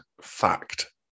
fact